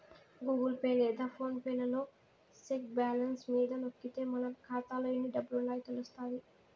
Google Pay లేదా PhonePe పే లలో సెక్ బ్యాలెన్స్ మీద నొక్కితే మన కాతాలో ఎన్ని డబ్బులుండాయో తెలస్తాది